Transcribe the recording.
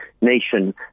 nation